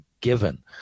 given